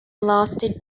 lasted